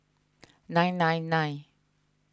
nine nine nine